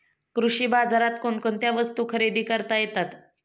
कृषी बाजारात कोणकोणत्या वस्तू खरेदी करता येतात